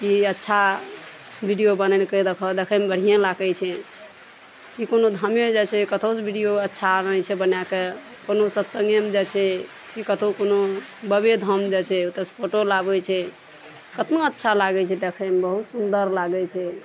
की अच्छा वीडियो बनेलकइ देखऽ देखयमे बढ़ियेँ लागय छै की कोनो धामे जाइ छै कतहोसँ वीडियो अच्छा आनय छै बनाकए कोनो सत्सङ्गेमे जाइ छै की कतहो कोनो बबे धाम जाइ छै ओतऽसँ फोटो लाबय छै कतना अच्छा लागय छै देखयमे बहुत सुन्दर लागय छै